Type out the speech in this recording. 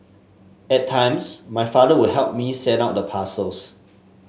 at times my father would help me send out the parcels